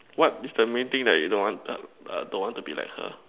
what is the main thing that you don't want err don't want to be like her